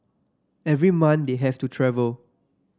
every month they have to travel